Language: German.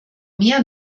mehr